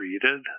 treated